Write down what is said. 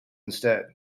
instead